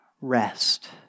Rest